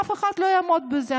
אף אחד לא יעמוד בזה,